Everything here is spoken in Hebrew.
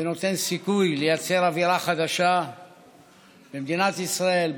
ונותן סיכוי לייצר אווירה חדשה במדינת ישראל,